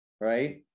Right